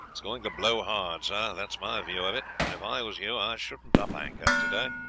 it's going to blow hard, sir that's my view of it, and if i was you i shouldn't up anchor today.